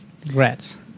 Congrats